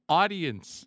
audience